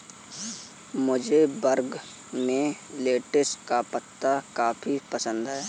मुझे बर्गर में लेटिस का पत्ता काफी पसंद है